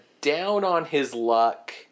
down-on-his-luck